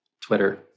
Twitter